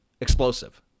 explosive